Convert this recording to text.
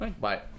Bye